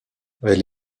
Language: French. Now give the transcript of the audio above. elle